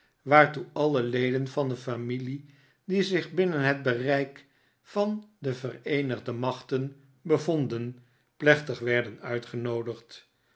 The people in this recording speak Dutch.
waartoe alle leden van de familie die zich binnen het bereik van de vereenigde machten bevonden plechtig werden uitgenoodigd